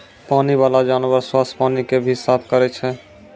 पानी बाला जानवर सोस पानी के भी साफ करै छै